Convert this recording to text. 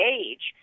age